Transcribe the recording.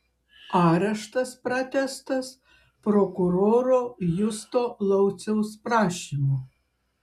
areštas pratęstas prokuroro justo lauciaus prašymu